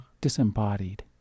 Disembodied